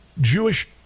Jewish